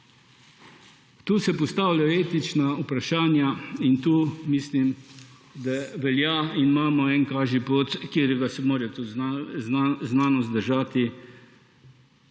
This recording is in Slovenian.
Tu se postavlja etična vprašanja in tu mislim, da velja in imamo en kažipot, katerega se mora tudi znanost držati